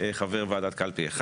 חבר ועדת קלפי אחד.